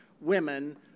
women